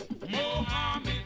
Mohammed